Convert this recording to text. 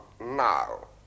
now